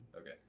Okay